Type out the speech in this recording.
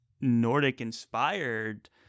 Nordic-inspired